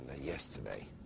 yesterday